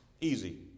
easy